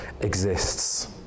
exists